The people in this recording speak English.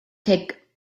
take